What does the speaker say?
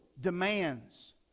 demands